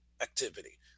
activity